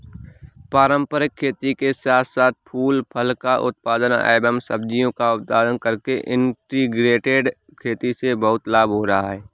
पारंपरिक खेती के साथ साथ फूल फल का उत्पादन एवं सब्जियों का उत्पादन करके इंटीग्रेटेड खेती से बहुत लाभ हो रहा है